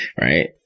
Right